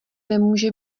nemůže